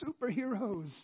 superheroes